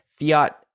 fiat